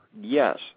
yes